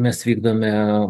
mes vykdome